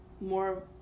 more